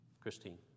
Christine